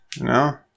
No